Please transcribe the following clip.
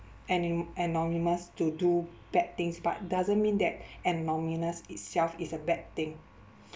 to do bad things but doesn't mean that itself is a bad thing